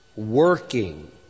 working